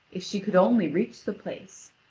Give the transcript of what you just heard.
if she could only reach the place.